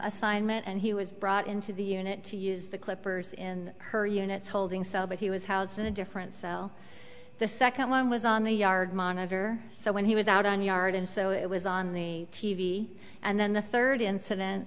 assignment and he was brought into the unit to use the clippers in her unit's holding cell but he was housed in a different cell the second one was on the yard monitor so when he was out on yard and so it was on the t v and then the third incident